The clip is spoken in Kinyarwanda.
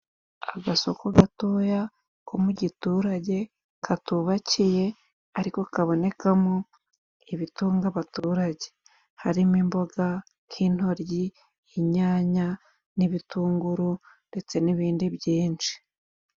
Agasoko gatoya ko mu giturage katubakiye, ariko kabonekamo ibitunga abaturage, harimo imboga nk'intoryi inyanya n'ibitunguru ndetse n'ibindi byinshi.